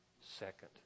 second